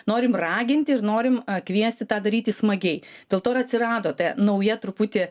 norim raginti ir norim kviesti tą daryti smagiai dėl to ir atsirado ta nauja truputį